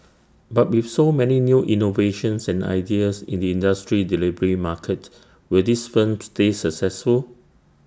but with so many new innovations and ideas in the industry delivery market will these firms stay successful